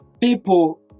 people